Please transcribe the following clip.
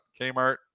Kmart